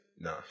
Nah